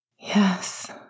Yes